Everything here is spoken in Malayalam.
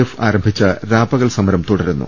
എഫ് ആരംഭിച്ച രാപ്പകൽ സമരം തുടരുന്നു